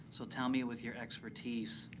so tell me with your expertise,